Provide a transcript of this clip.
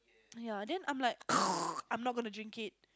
ya then I'm like I'm not gonna drink it